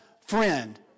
friend